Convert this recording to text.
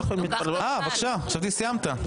בבקשה, חשבתי שסיימת.